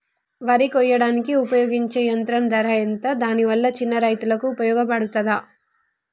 వరి కొయ్యడానికి ఉపయోగించే యంత్రం ధర ఎంత దాని వల్ల చిన్న రైతులకు ఉపయోగపడుతదా?